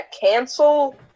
cancel